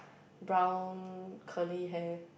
brown curly hair